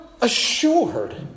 assured